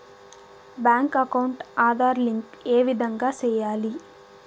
Bank account Aadhaar link ఏ విధంగా సెయ్యాలి?